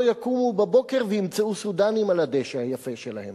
יקומו בבוקר וימצאו סודנים על הדשא היפה שלהם.